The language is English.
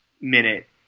minute